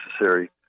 necessary